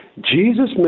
Jesus